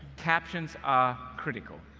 captions are critical.